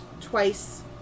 twice